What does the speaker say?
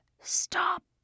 stop